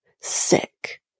Sick